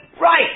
right